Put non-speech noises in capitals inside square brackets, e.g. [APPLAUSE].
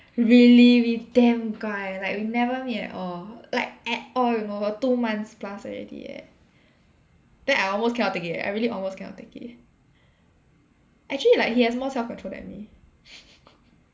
really we damn 乖 like we never meet at all like at all you know for two months plus already eh then I almost cannot take it eh I really almost cannot take it actually like he has more self-control than me [LAUGHS]